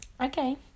Okay